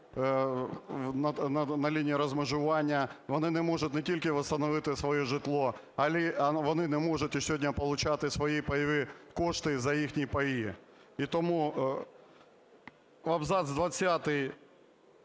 на лінії розмежування. Вони не можуть не тільки восстановить своє житло, а вони не можуть сьогодні получати і свої пайові кошти за їхні паї. І тому абзац